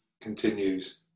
continues